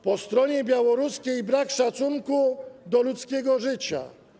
Po stronie białoruskiej jest brak szacunku do ludzkiego życia.